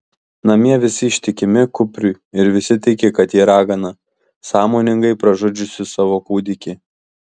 namie visi ištikimi kupriui ir visi tiki kad ji ragana sąmoningai pražudžiusi savo kūdikį